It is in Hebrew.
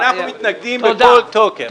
אנחנו מתנגדים בכל תוקף.